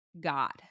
God